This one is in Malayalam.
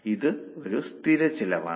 ഇത് സ്ഥിര ചെലവാണ്